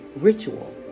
ritual